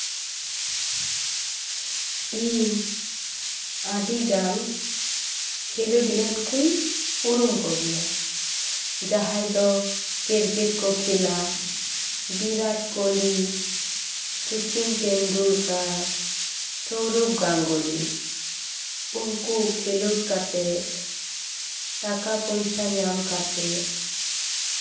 ᱤᱧ ᱟᱹᱰᱤᱜᱟᱱ ᱠᱷᱮᱞᱳᱰᱤᱭᱟᱱ ᱠᱩᱧ ᱩᱨᱩᱢ ᱠᱚᱜᱮᱭᱟ ᱡᱟᱦᱟᱸ ᱫᱚ ᱠᱤᱨᱠᱮᱴ ᱠᱚ ᱠᱷᱮᱞᱟ ᱵᱤᱨᱟᱴ ᱠᱳᱦᱞᱤ ᱥᱚᱪᱤᱱ ᱴᱮᱱᱰᱩᱞᱠᱟᱨ ᱥᱳᱨᱚᱵᱷ ᱜᱟᱝᱜᱩᱞᱤ ᱩᱱᱠᱩ ᱠᱷᱮᱞᱳᱰ ᱠᱟᱛᱮᱜ ᱴᱟᱠᱟ ᱯᱚᱭᱥᱟ ᱧᱟᱢ ᱠᱟᱛᱮᱜ